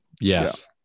Yes